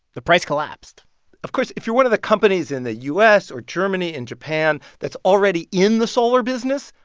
the price collapsed of course, if you're one of the companies in the u s. or germany or japan that's already in the solar business,